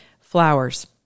flowers